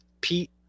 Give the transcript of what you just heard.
Pete